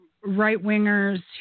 right-wingers